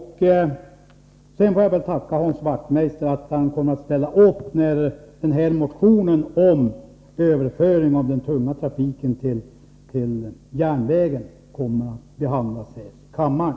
Sedan får jag tacka Hans Wachtmeister för att han kommer att ställa upp när motionen om överföring av den tunga trafiken till järnväg kommer att behandlas här i kammaren.